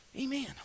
Amen